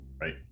Right